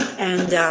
and